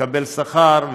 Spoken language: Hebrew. מקבל שכר,